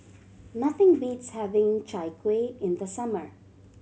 nothing beats having Chai Kueh in the summer